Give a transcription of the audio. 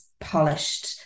polished